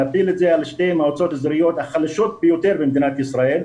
להפיל את זה על שתי המועצות האזוריות החלשות ביותר במדינת ישראל,